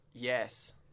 Yes